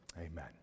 amen